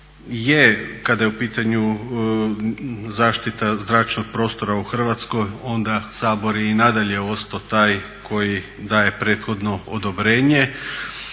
Je kada je u pitanju zaštita zračnog prostora u Hrvatskoj onda je Sabor i nadalje ostao taj koji daje prethodno odobrenje.